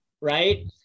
right